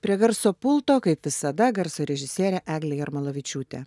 prie garso pulto kaip visada garso režisierė eglė jarmolavičiūtė